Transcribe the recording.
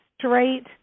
straight